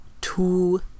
two